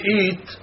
eat